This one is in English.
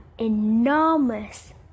enormous